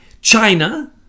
China